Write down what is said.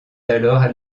alors